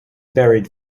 buried